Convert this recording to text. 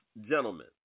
gentlemen